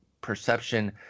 perception